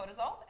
cortisol